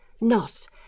Not